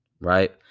right